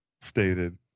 stated